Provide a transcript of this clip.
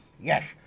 Yes